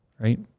right